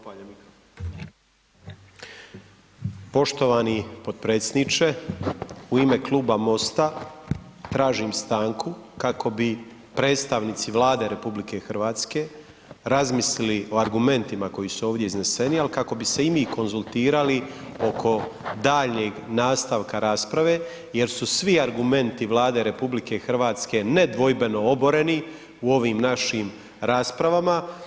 Poštovani potpredsjedniče u ime Kluba MOST-a tražim stanku kako bi predstavnici Vlade RH razmislili o argumentima koji su ovdje izneseni, ali kako bi se i mi konzultirali oko daljnjeg nastavka rasprave, jer su svi argumenti Vlade RH nedvojbeno oboreni u ovim našim raspravama.